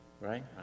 Right